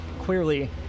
Clearly